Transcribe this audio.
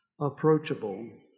approachable